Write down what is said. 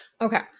okay